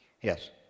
Yes